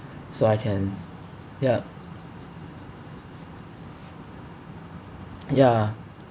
so I can yup ya